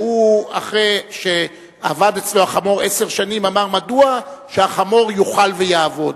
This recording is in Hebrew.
אחרי שעבד אצלו החמור עשר שנים אמר: מדוע שהחמור יאכל ויעבוד?